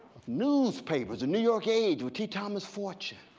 newspapers, a new york age with t. thomas fortune.